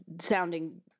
sounding